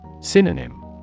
Synonym